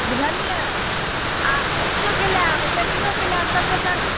बुझलियै आ साउसोके लाएब बेटियोके लाएब सबके चढ़